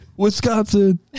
wisconsin